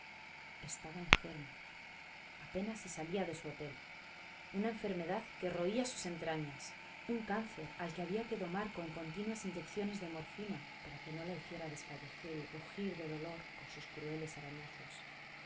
estaba enferma apenas si salía de su hotel una enfermedad que roía sus entrañas un cáncer al que había que domar con continuas inyecciones de morfina para que no la hiciera desfallecer y rugir de dolor con sus crueles arañazos